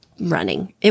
running